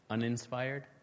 Uninspired